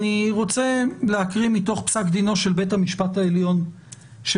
אני רוצה להקריא מתוך פסק דינו של בית המשפט העליון שפורסם,